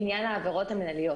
לעניין העבירות המינהליות,